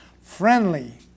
friendly